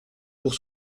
pour